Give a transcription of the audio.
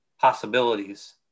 possibilities